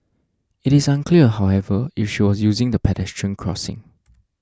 it is unclear however if she was using the pedestrian crossing